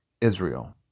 Israel